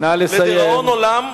לדיראון עולם,